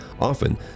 Often